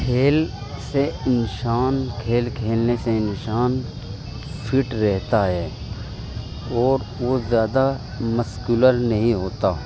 کھیل سے انسان کھیل کھیلنے سے انسان فٹ رہتا ہے اور وہ زیادہ مسکولر نہیں ہوتا